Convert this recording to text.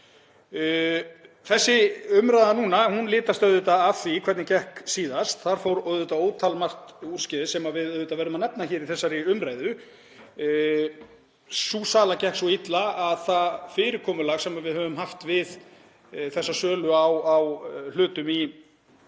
Þessi umræða núna litast auðvitað af því hvernig gekk síðast. Þar fór auðvitað ótalmargt úrskeiðis sem við verðum að nefna í þessari umræðu. Sú sala gekk svo illa að fyrirkomulagið sem við höfum haft við þessa sölu á hlutum í